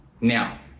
now